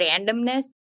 randomness